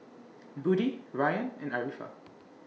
Budi Rayyan and Arifa